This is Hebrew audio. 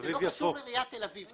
זה לא קשור לעיריית תל אביב.